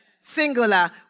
singular